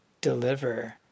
deliver